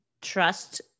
trust